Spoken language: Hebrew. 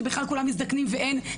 שבכלל כולם מזדקנים ואין.